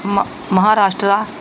ਮ ਮਹਾਂਰਾਸ਼ਟਰਾ